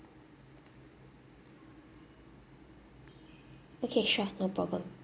okay sure no problem